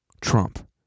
Trump